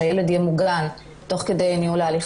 שהילד יהיה מוגן תוך כדי ניהול ההליך